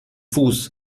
fuß